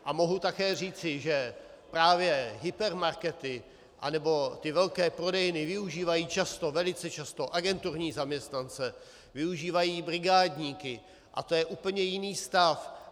A mohu také říci, že právě hypermarkety anebo ty velké prodejny využívají často, velice často, agenturní zaměstnance, využívají brigádníky a to je úplně jiný stav.